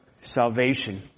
salvation